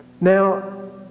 Now